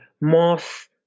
moss